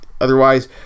otherwise